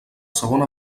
segona